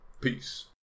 peace